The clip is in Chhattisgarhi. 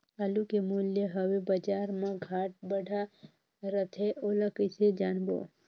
आलू के मूल्य हवे बजार मा घाट बढ़ा रथे ओला कइसे जानबो?